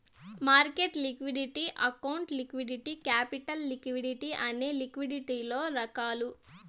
market liquidity account liquidity capital liquidity అనేవి లిక్విడిటీలలో రకాలు